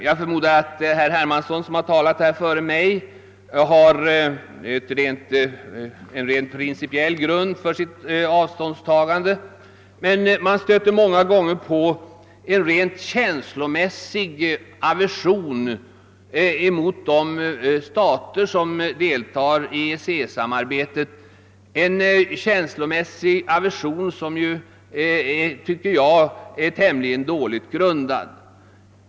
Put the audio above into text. Jag förmodar att herr Hermansson som talat före mig har en rent principiell grund för sitt avståndstagande, men man stöter många gånger på en rent känslomässig aversion mot de stater som deltar i EEC-samarbetet, en aversion som enligt min mening är tämligen dåligt grundad.